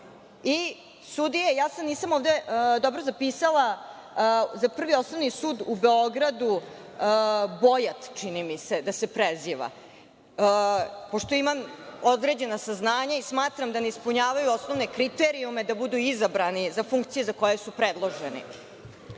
i sudije, nisam ovde dobro zapisala, za Prvi osnovni sud u Beogradu, Bojat čini mi se da se preziva, pošto imam određena saznanja i smatram da ne ispunjavaju osnovne kriterijume da budu izabrani za funkcije za koje su predloženi. Komentari